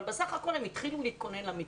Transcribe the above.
בסך הכול הם התחילו להתכונן למתווה.